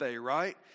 right